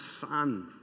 son